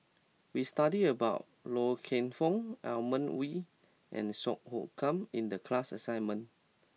we studied about Loy Keng Foo Edmund Wee and Song Hoot Kiam in the class assignment